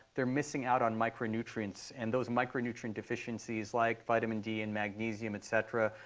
they're missing out on micronutrients. and those micronutrient deficiencies, like vitamin d and magnesium, et cetera,